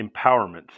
empowerment